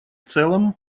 целом